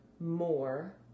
more